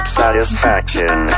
satisfaction